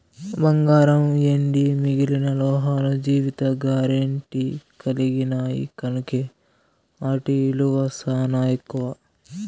బంగారం, ఎండి మిగిలిన లోహాలు జీవిత గారెంటీ కలిగిన్నాయి కనుకే ఆటి ఇలువ సానా ఎక్కువ